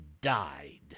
died